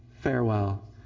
Farewell